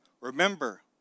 Remember